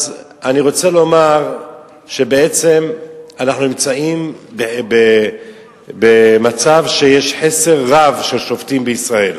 אז אני רוצה לומר שבעצם אנחנו נמצאים במצב שיש חסר רב של שופטים בישראל,